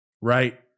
right